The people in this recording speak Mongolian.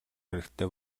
хэрэгтэй